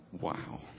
Wow